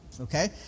Okay